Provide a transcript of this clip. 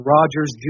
Rogers